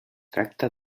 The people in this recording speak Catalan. tracta